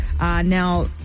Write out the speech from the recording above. Now